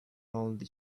only